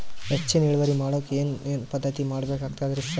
ಹೆಚ್ಚಿನ್ ಇಳುವರಿ ಮಾಡೋಕ್ ಏನ್ ಏನ್ ಪದ್ಧತಿ ಮಾಡಬೇಕಾಗ್ತದ್ರಿ ಸರ್?